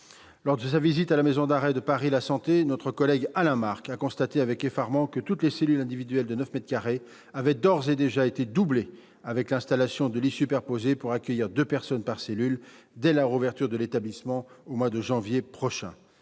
Lors de sa visite de la maison d'arrêt de Paris-La Santé, notre collègue Alain Marc a constaté avec effarement que toutes les cellules individuelles de 9 mètres carrés avaient d'ores et déjà été « doublées », des lits superposés ayant été installés afin de pouvoir y accueillir deux personnes dès la réouverture de l'établissement, au mois de janvier prochain.